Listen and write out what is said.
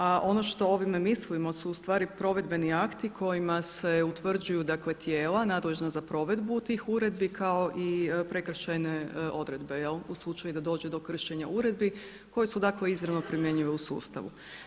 A ono što ovime mislimo su ustvari provedbeni akti kojima se utvrđuju tijela nadležna za provedbu tih uredbi kao i prekršajne odredbe u slučaju da dođe do kršenja uredbi koje su izravno primjenjive u sustavu.